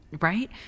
Right